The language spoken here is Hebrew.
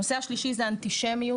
הנושא השלישי זה אנטישמיות.